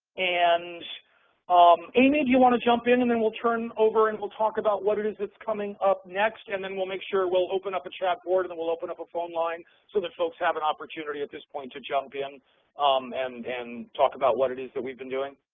and um amy, do you want to jump in and then we'll turn over and we'll talk about what it is that's coming up next, and then we'll make sure we'll open up a chat board, and then we'll open up a phone line so that folks have an opportunity at this point to jump in um and talk about what it is that we've been doing?